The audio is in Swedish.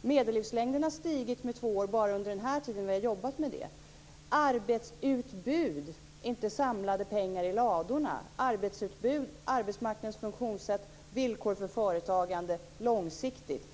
Medellivslängden har stigit med två år bara under den här tiden, då vi har jobbat med det. Det handlar om arbetsutbud - inte samlade pengar i ladorna. Det handlar om arbetsutbud, arbetsmarknadens funktionssätt och villkor för företagande långsiktigt.